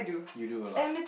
you do a lot